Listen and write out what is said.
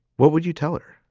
what would you tell her?